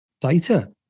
data